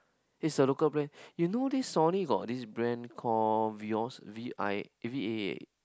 it's a local brand you know this Sony got this brand call VIOS V I eh V A